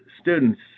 students